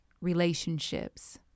relationships